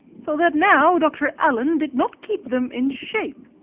so that now dr. allen did not keep them in shape.